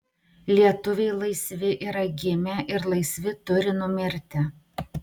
lietuviai laisvi yra gimę ir laisvi turi numirti